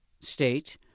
state